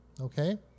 okay